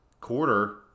quarter